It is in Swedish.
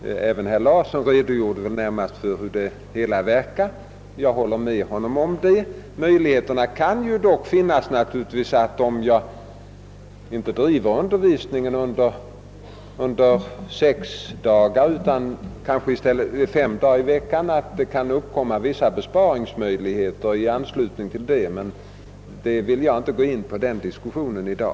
Även herr Larsson redogjorde väl närmast för hur nuvarande bestämmelser verkar. Jag håller med honom. Det är dock möjligt, om undervisningen inte bedrives under sex utan bara under fem dagar i veckan, att vissa besparingar kan uppkomma. Den diskussionen vill jag emellertid inte gå in på i dag.